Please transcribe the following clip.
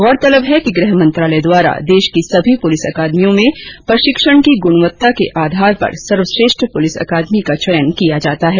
गौरतलब है कि गृह मंत्रालय द्वारा देश की सभी प्रलिस अकादमियों में प्रशिक्षण की गुणवत्ता के आधार पर सर्वश्रेष्ठ पुलिस अकादमी का चयन किया जाता है